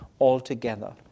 altogether